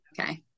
okay